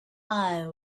eye